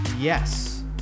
Yes